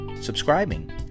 subscribing